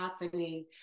happening